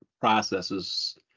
processes